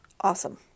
awesome